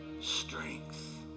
strength